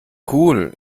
cool